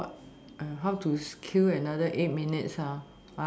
err how to kill another eight minutes ah ha